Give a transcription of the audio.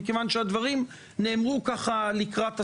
מכיוון שהדברים נאמרו ככה לקראת הסוף,